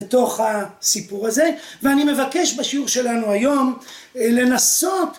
בתוך הסיפור הזה, ואני מבקש בשיעור שלנו היום לנסות